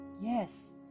Yes